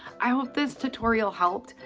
i hope this tutorial helped.